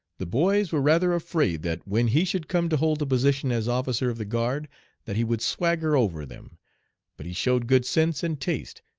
the boys were rather afraid that when he should come to hold the position as officer of the guard that he would swagger over them but he showed good sense and taste,